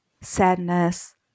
sadness